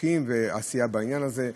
חוקים ועשייה בעניין הזה.